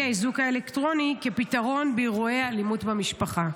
האיזוק האלקטרוני כפתרון באירועי האלימות במשפחה?